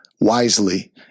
wisely